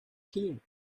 here